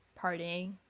partying